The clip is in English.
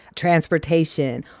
transportation,